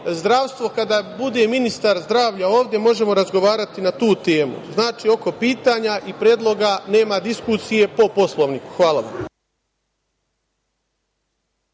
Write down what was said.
zdravstvo, kada bude ministar zdravlja ovde, možemo razgovarati na tu temu. Znači, oko pitanja i predloga nema diskusije, po Poslovniku. Hvala vam.